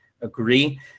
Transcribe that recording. agree